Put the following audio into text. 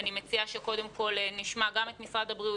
אני מציע שקודם כל נשמע גם את משרד הבריאות